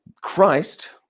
Christ